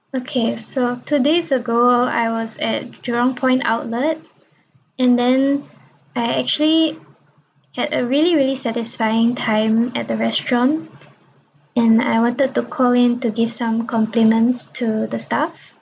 okay so two days ago I was at jurong point outlet and then I actually had a really really satisfying time at the restaurant and I wanted to call in to give some complements to the staff